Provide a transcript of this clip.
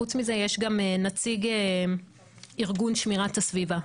חוץ מזה יש גם נציג ארגון שמירת הסביבה,